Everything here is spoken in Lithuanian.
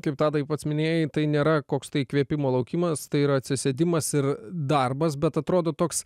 kaip tadai pats minėjai tai nėra koks tai įkvėpimo laukimas tai yra atsisėdimas ir darbas bet atrodo toks